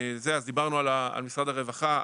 דיברנו על משרד הרווחה,